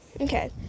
okay